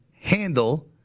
handle